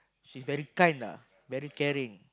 she's very kind lah very caring